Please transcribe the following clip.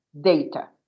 data